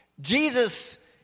Jesus